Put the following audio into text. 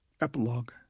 Epilogue